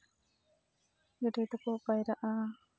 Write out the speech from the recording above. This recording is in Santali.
ᱜᱮᱰᱮ ᱫᱚᱠᱚ ᱯᱟᱭᱨᱟᱜᱼᱟ